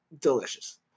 delicious